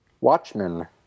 Watchmen